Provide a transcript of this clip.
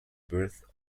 birth